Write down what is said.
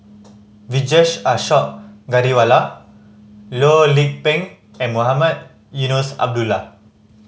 Vijesh Ashok Ghariwala Loh Lik Peng and Mohamed Eunos Abdullah